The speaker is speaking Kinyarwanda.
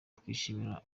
twishimira